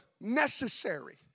necessary